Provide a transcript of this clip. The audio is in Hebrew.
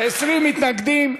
20 מתנגדים.